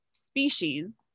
species